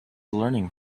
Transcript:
learning